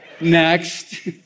Next